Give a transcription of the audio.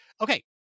Okay